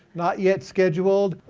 not yet scheduled.